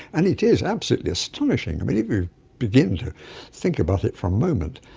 and it is absolutely astonishing. i mean, if you begin to think about it for a moment,